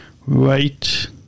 Right